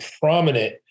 prominent